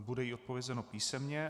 Bude jí odpovězeno písemně.